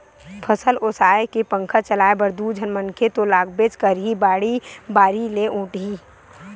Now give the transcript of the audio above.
फसल ओसाए के पंखा चलाए बर दू झन मनखे तो लागबेच करही, बाड़ी बारी ले ओटही